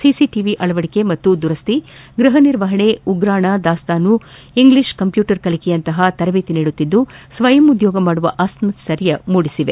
CCTV ಅಳವಡಿಕೆ ಮತ್ತು ದುರಸ್ವಿ ಗೃಹ ನಿರ್ವಹಣೆ ಉಗ್ರಾಣ ದಾಸ್ತಾನು ಇಂಗ್ಲೀಷ್ ಕಂಪ್ಯೂಟರ್ ಕಲಿಕೆಯಂತಹ ತರಬೇತಿ ನೀಡುತ್ತಿದ್ದು ಸ್ವಯಂ ಉದ್ಯೋಗ ಮಾಡುವ ಆತ್ಮಸ್ಟೈರ್ಯ ಮೂಡಿಸಿದೆ